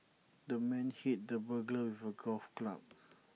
the man hit the burglar with A golf club